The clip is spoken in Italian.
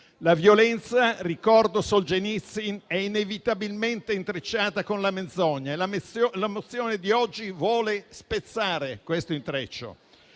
La violenza - ricorda Solženicyn - è inevitabilmente intrecciata con la menzogna e la mozione di oggi vuole spezzare questo intreccio.